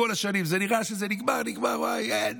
כל השנים זה נראה שזה נגמר, נגמר, אין,